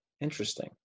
Interesting